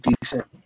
decent